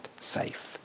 safe